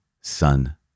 son